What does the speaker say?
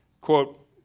quote